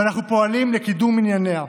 ואנחנו פועלים לקידום ענייניה.